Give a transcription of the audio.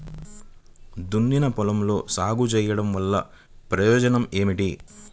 దున్నిన పొలంలో సాగు చేయడం వల్ల ప్రయోజనం ఏమిటి?